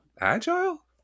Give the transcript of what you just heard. agile